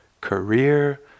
career